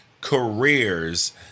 careers